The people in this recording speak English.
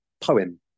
poem